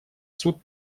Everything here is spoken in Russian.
суд